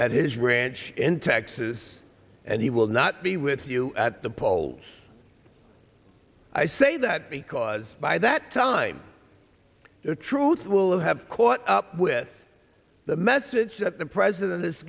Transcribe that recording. at his ranch in texas and he will not be with you at the polls i say that because by that time the truth will have caught up with the message that the president is